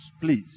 Please